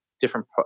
different